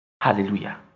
Hallelujah